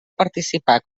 participar